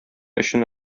өчен